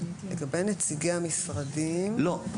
לא,